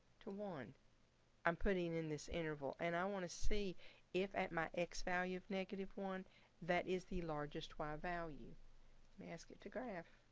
to one i'm putting in this interval and i want to see if at my x value of negative one that is the largest y value. let me ask it to graph.